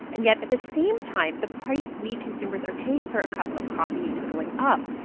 and yet, at the same time, the price we consumers are paying for a cup of coffee is going up.